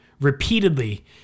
repeatedly